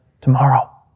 tomorrow